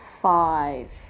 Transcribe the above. five